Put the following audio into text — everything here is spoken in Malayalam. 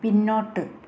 പിന്നോട്ട്